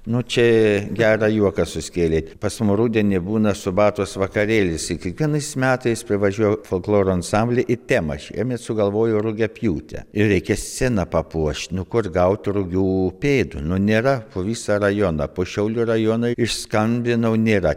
nu čia gerą juoką suskėlėt pas mu rudenį būna subatos vakarėlis kiekvienais metais privažiuoja folkloro ansambliai į temą šiemet sugalvojo rugiapjūtę ir reikia sceną papuošt nu kur gaut rugių pėdų nu nėra po visą rajoną po šiaulių rajoną išskambinau nėra